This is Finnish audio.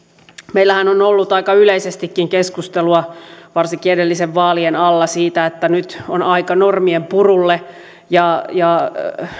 meillähän on ollut aika yleisestikin keskustelua varsinkin edellisten vaalien alla siitä että nyt on aika normien purulle ja ja